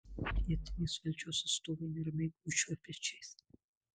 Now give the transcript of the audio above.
vietinės valdžios atstovai neramiai gūžčioja pečiais